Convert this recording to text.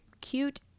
cute